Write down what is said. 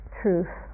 truth